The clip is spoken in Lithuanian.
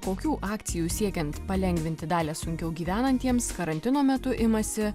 kokių akcijų siekiant palengvinti dalią sunkiau gyvenantiems karantino metu imasi